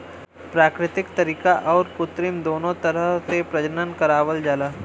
प्राकृतिक तरीका आउर कृत्रिम दूनो तरह से प्रजनन करावल जाला